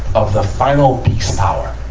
of the final beast hour,